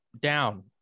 down